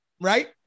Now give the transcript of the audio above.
right